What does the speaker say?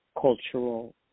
cultural